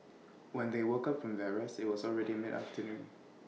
when they woke up from their rest IT was already midafternoon